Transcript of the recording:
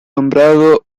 nombrado